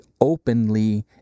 openly